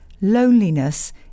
loneliness